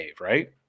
right